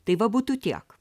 tai va būtų tiek